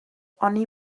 oni